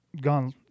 gone